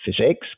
physics